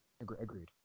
Agreed